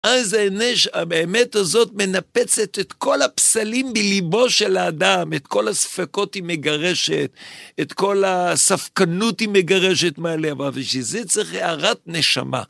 איזה... האמת הזאת מנפצת את כל הפסלים בליבו של האדם, את כל הספקות היא מגרשת, את כל הספקנות היא מגרשת מהלב, ובשביל זה צריך הארת נשמה.